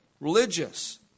religious